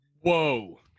Whoa